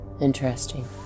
interesting